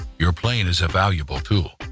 your plane is a valuable tool.